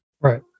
Right